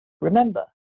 Remember